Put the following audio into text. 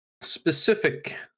specific